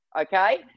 Okay